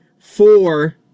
four